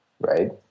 Right